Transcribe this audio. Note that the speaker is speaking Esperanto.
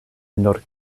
nur